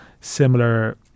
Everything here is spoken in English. similar